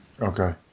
okay